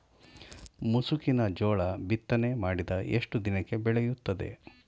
ಮುಸುಕಿನ ಜೋಳ ಬಿತ್ತನೆ ಮಾಡಿದ ಎಷ್ಟು ದಿನಕ್ಕೆ ಬೆಳೆಯುತ್ತದೆ?